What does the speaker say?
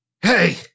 Hey